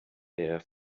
der